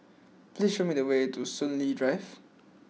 please show me the way to Soon Lee Drive